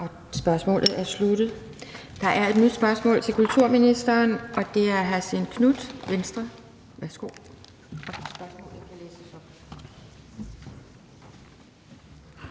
Spørgsmålet er sluttet. Der er et nyt spørgsmål til kulturministeren, og det er fra hr. Stén Knuth, Venstre. Kl.